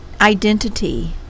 identity